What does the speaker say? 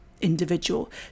individual